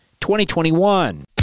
2021